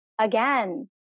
again